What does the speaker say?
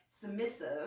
submissive